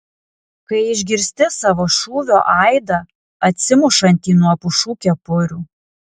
kai išgirsti savo šūvio aidą atsimušantį nuo pušų kepurių